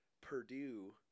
Purdue